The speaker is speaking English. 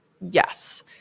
Yes